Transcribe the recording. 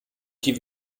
die